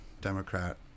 Democrat